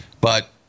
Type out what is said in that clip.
but-